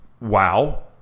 wow